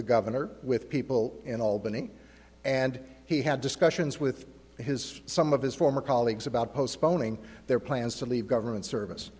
the governor with people in albany and he had discussions with his some of his former colleagues about postponing their plans to leave government service